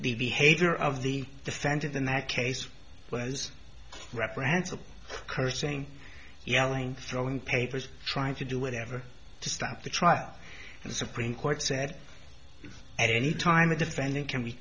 the behavior of the the standard in that case was reprehensible cursing yelling throwing papers trying to do whatever to stop the trial the supreme court said at any time a defendant can